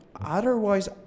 otherwise